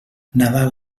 nadal